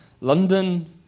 London